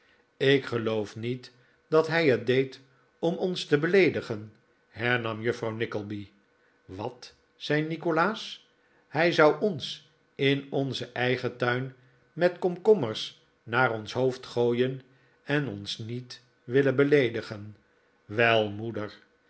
ik qeloof niet dat hij het deed om ons te beleedigen hernam juffrouw nickleby wat zei nikolaas hij zou ons in onzen eigen tuin met komkommers naar ons hoofd gooien en ons niet willen beleedigen wel moeder